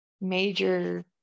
major